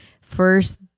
first